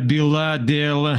byla dėl